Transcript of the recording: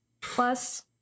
plus